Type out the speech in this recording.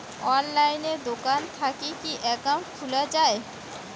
অনলাইনে দোকান থাকি কি একাউন্ট খুলা যায়?